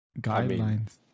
guidelines